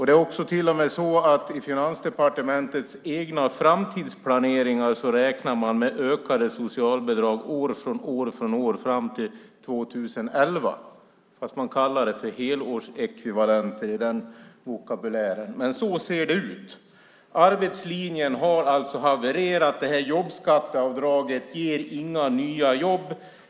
Det är till och med så att man i Finansdepartementets egna framtidsplaner räknar med ökade socialbidrag år från år fram till 2011. Man kallar det för helårsekvivalenter i den vokabulären. Men så ser det ut. Arbetslinjen har alltså havererat. Jobbskatteavdraget ger inga nya jobb.